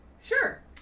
Sure